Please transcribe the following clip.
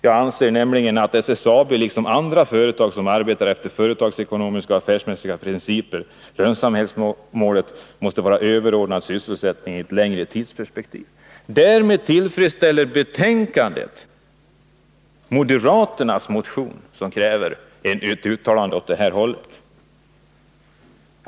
Jag anser nämligen att i SSAB liksom i andra företag som arbetar efter företagsekonomiska och affärsmässiga principer lönsamhetsmålet måste vara överordnat sysselsättningen i ett längre tidsperspektiv.” Därmed tillfredsställer betänkandet moderaternas motion, som kräver ett uttalande åt det här hållet.